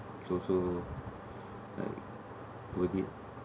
so so like worth it